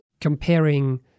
comparing